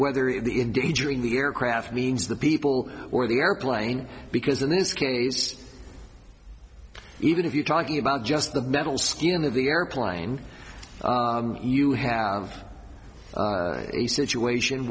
whether it be endangering the aircraft means the people or the airplane because in this case even if you're talking about just the metal skin of the airplane you have a situation